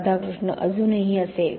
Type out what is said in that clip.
राधाकृष्ण अजूनही असेल